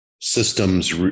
systems